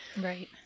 Right